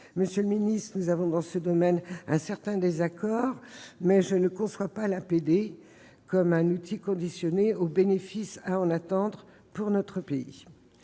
Monsieur le ministre, nous avons dans ce domaine un certain désaccord : je ne conçois pas l'APD comme un outil conditionné aux bénéfices à en attendre pour notre pays.